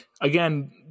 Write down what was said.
again